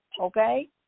Okay